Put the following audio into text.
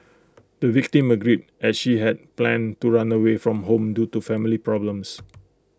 the victim agreed as she had planned to run away from home due to family problems